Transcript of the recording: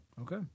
Okay